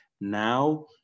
Now